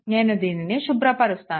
నేను దీనిని శుభ్రపరుస్తాను